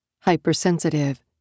hypersensitive